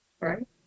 Right